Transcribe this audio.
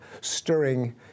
stirring